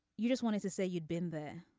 you just wanted to say you'd been there.